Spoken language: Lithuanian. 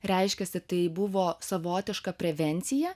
reiškiasi tai buvo savotiška prevencija